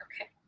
Okay